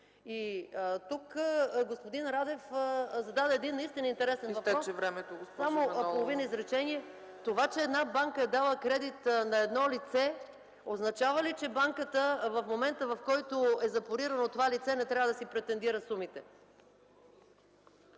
Тук господин Радев зададе един наистина интересен въпрос. (Председателят дава сигнал за изтичане на времето.) Това че една банка е дала кредит на едно лице, означава ли, че банката в момента, в който е запорирано това лице, не трябва да си претендира сумите?